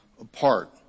apart